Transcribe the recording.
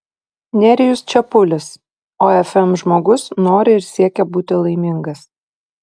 nerijus čepulis ofm žmogus nori ir siekia būti laimingas